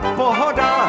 pohoda